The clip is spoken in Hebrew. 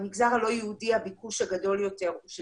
במגזר הלא יהודי הביקוש הגדול יותר הוא של